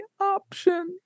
option